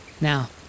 Now